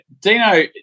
Dino